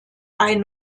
ein